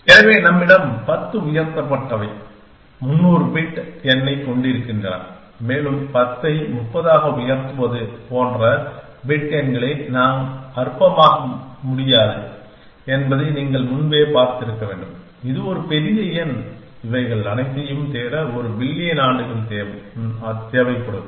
எனவே நம்மிடம் 10 உயர்த்தப்பட்டவை 300 பிட் எண்ணைக் கொண்டிருக்கின்றன மேலும் 10 ஐ 30 ஆக உயர்த்துவது போன்ற பிட் எண்களை நாம் அற்பமாக்க முடியாது என்பதை நீங்கள் முன்பே பார்த்திருக்க வேண்டும் இது ஒரு பெரிய எண் இவைகள் அனைத்தையும் தேட ஒரு பில்லியன் ஆண்டுகள் ஆகும்